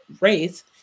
race